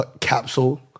capsule